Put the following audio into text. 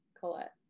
Colette